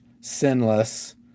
sinless